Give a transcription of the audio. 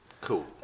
Cool